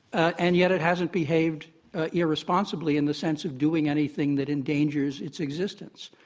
and yet it hasn't behaved irresponsibly in the sense of doing anything that endangers its existence.